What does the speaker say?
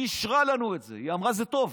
והיא אישרה לנו את זה, היא אמרה: זה טוב.